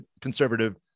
conservative